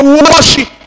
worship